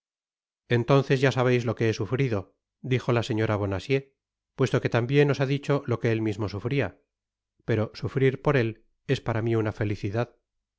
entonces ya sabeis lo que be sufrido dijo la señora bonacieux puesto que tambien os ha dicho lo que él mismo sufría pero sufrir por él es para mí una felicidad